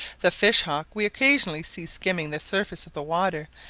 the fish-hawk we occasionally see skimming the surface of the water,